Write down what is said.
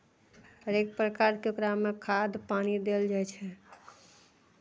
हरेक प्रकारके ओकरामे खाद पानि देल जाइ छै